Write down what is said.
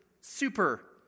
super